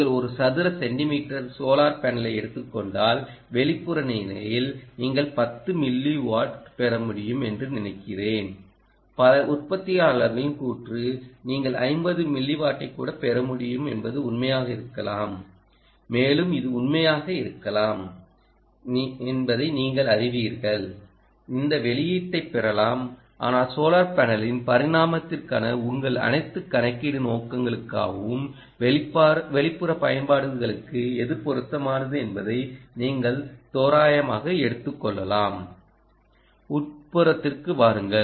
நீங்கள் ஒரு சதுர சென்டிமீட்டர் சோலார் பேனலை எடுத்துக் கொண்டால் வெளிப்புற நிலையில் நீங்கள் 10 மில்லிவாட் பெற முடியும் என்று நான் நினைக்கிறேன் பல உற்பத்தியாளர்களின் கூற்று நீங்கள் 50மில்லிவாட்டைக் கூட பெற முடியும் என்பது உண்மையாக இருக்கலாம் மேலும் இது உண்மையாக இருக்கலாம் நீங்கள்என்பதை அறிவீர்கள் இந்த வெளியீட்டை பெறலாம் ஆனால் சோலார் பேனலின் பரிமாணத்திற்கான உங்கள் அனைத்து கணக்கீட்டு நோக்கங்களுக்காகவும் வெளிப்புற பயன்பாடுகளுக்கு எது பொருத்தமானது என்பதை நீங்கள் தோராயமாக எடுத்துக்கொள்ளலாம் உட்புறத்திற்கு வாருங்கள்